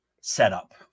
setup